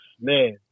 Man